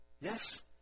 Yes